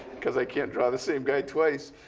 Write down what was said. because i can't draw the same guy twice.